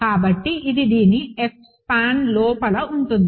కాబట్టి ఇది దీని F span లోపల ఉంటుంది